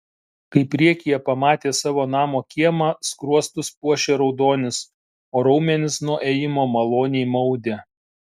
kai priekyje pamatė savo namo kiemą skruostus puošė raudonis o raumenis nuo ėjimo maloniai maudė